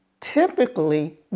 typically